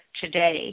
Today